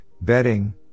bedding